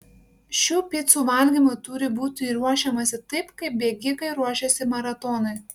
šių picų valgymui turi būti ruošiamasi taip kaip bėgikai ruošiasi maratonui